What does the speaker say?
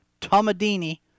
Tomadini